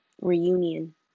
Reunion